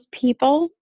people